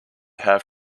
have